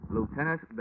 Lieutenant